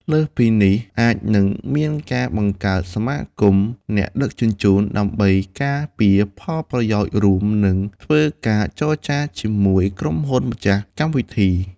លើសពីនេះ អាចនឹងមានការបង្កើត សមាគមអ្នកដឹកជញ្ជូន ដើម្បីការពារផលប្រយោជន៍រួម និងធ្វើការចរចាជាមួយក្រុមហ៊ុនម្ចាស់កម្មវិធី។